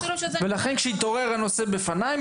אפילו שזה --- מסכים איתך ולכן כשהתעורר הנושא בפניי,